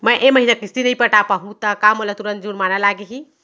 मैं ए महीना किस्ती नई पटा पाहू त का मोला तुरंत जुर्माना लागही?